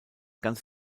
ganz